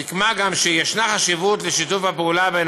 סיכמה גם שישנה חשיבות לשיתוף הפעולה בין